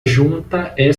junta